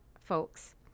folks